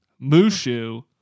mushu